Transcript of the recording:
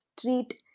treat